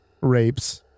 rapes